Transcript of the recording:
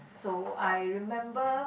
so I remember